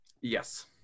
Yes